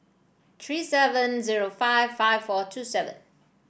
three seven zero five five four two seven